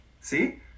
See